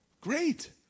Great